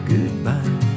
Goodbye